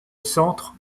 centre